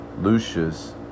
Lucius